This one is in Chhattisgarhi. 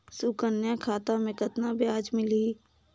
सुकन्या खाता मे कतना ब्याज मिलही?